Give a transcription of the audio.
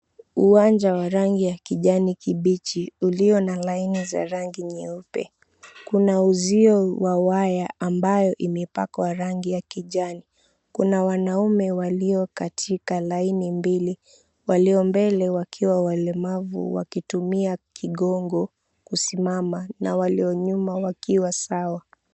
Uwanja wa rangi ya kijani kibichi ulio na laini za rangi nyeupe. Kuna uzio wa waya ambayo imepakwa rangi ya kijani. Kuna wanaume waliokatika laini mbili. Walio mbele wakiwa walemavu wakitumia kigongo kusimama na walionyuma wakiwa sawa.